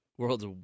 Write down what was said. World's